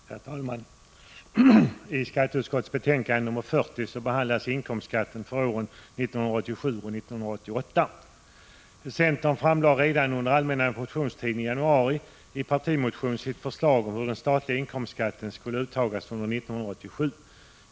Herr talman! I skatteutskottets betänkande nr 40 behandlas inkomstskatten för åren 1987 och 1988. Centern framlade redan under allmänna motionstiden i januari, i en partimotion, sitt förslag om hur den statliga inkomstskatten skulle tas ut under år 1987.